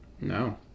no